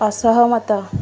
ଅସହମତ